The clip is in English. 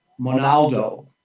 Monaldo